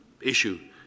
issue